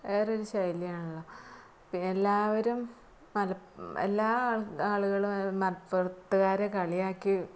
വേറൊരു ശൈലിയാണല്ലോ പിന്നെല്ലാവരും മല എല്ലാ ആൾ ആളുകളും മലപ്പുറത്തുകാരെ കളിയാക്കി